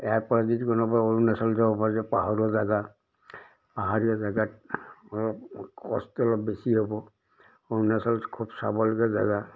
ইয়াৰ পৰা যদি কোনোবা অৰুণাচল যাব পাহাৰীয়া জেগা পাহাৰীয়া জেগাত অলপ কষ্ট অলপ বেছি হ'ব অৰুণাচলত খুব চাবলগীয়া জেগা